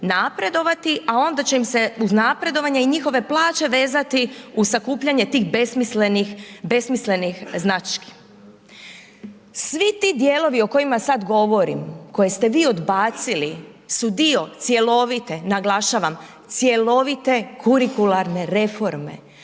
napredovati a onda će im se uz napredovanja i njihove plaće vezati uz sakupljanje tih besmislenih znački. Svi ti dijelovi o kojima sad govorim koje ste vi odbacili su dio cjelovite, naglašavam cjelovite kurikularne reforme